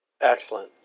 Excellent